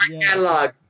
catalog